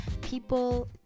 people